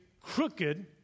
crooked